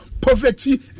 poverty